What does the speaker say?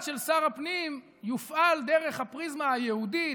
של שר הפנים יופעל דרך הפריזמה היהודית,